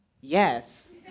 yes